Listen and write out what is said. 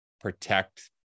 protect